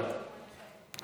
כך